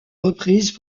reprises